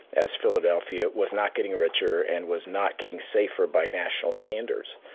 as philadelphia was not getting richer and was not getting safer by national standards.